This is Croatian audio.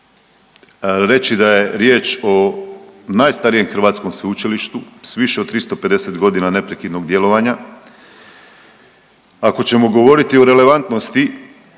reći da je riječ o najstarijem hrvatskom sveučilištu s više od 350 godina neprekidnog djelovanja. Ako ćemo govoriti o relevantnosti